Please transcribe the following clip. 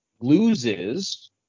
loses